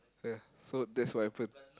yeah so that's what happened